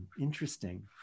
interesting